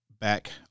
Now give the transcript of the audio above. back